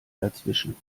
dazwischen